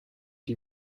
die